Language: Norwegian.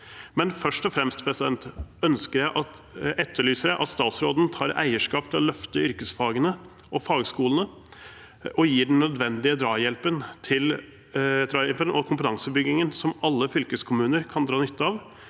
Først og fremst etterlyser jeg likevel at statsråden tar eierskap til å løfte yrkesfagene og fagskolene og gir den nødvendige drahjelpen og kompetansebyggingen som alle fylkeskommuner kan dra nytte av